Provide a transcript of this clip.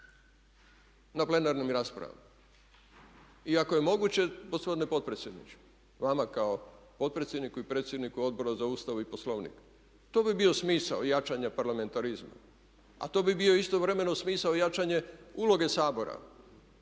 na plenarnim raspravama. I ako je moguće, gospodine potpredsjedniče vama kao potpredsjedniku i predsjedniku Odbora za Ustav i Poslovnik to bi bio smisao jačanja parlamentarizma, a to bi bio istovremeno i smisao i jačanje uloge Sabora